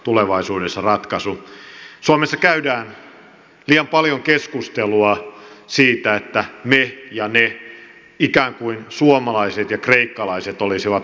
suomessa käydään liian paljon keskustelua että me ja ne ikään kuin suomalaiset ja kreikkalaiset olisivat vastakkain